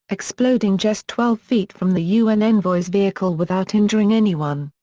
exploding just twelve feet from the un envoy's vehicle without injuring anyone.